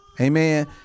amen